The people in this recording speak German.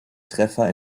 treffer